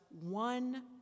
one